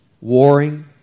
warring